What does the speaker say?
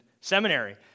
seminary